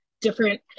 different